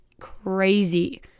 crazy